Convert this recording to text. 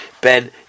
Ben